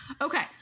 Okay